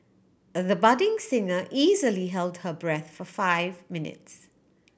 the budding singer easily held her breath for five minutes